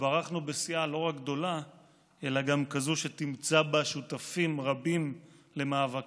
התברכנו בסיעה לא רק גדולה אלא גם כזאת שתמצא בה שותפים רבים למאבקיך,